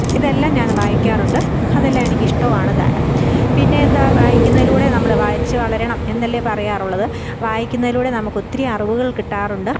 ഇതെല്ലാം ഞാന് വായിയ്ക്കാറുണ്ട് അതെല്ലാമെനിക്കിഷ്ടമാണ് താനും പിന്നെ എന്താ വായിക്കുന്നതിലൂടെ നമ്മൾ വായിച്ചു വളരണം എന്നല്ലേ പറയാറുള്ളത് വായിക്കുന്നതിലൂടെ നമുക്കൊത്തിരി അറിവുകള് കിട്ടാറുണ്ട്